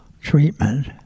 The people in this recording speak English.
treatment